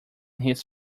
his